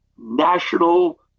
national